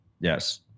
Yes